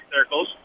circles